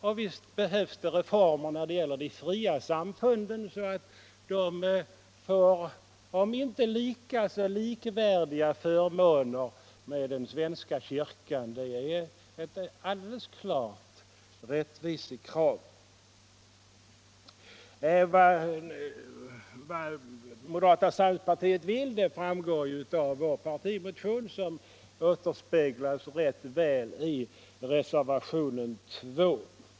Och visst behövs det reformer när det gäller de fria samfunden, så att de får om inte samma villkor som den svenska kyrkan så dock likvärdiga. Det är ett alldeles klart rättvisekrav. Vad moderata samlingspartiet vill framgår ju av vår partimotion, som återspeglas rätt väl i reservationen 2.